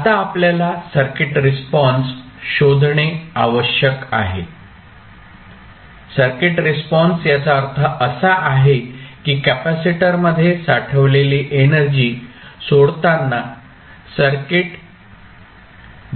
आता आपल्याला circuit response शोधणे आवश्यक आहे सर्किट रिस्पॉन्स याचा अर्थ असा आहे की कॅपेसिटरमध्ये साठवलेली एनर्जी सोडताना सर्किट